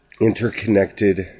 Interconnected